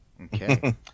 Okay